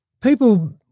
people